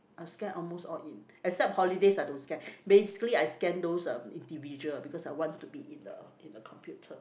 I scan almost all in except holidays I don't scan basically I scan those uh individual because I want to be in the in the computer